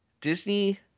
Disney